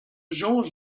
soñj